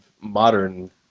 modern